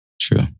True